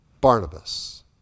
Barnabas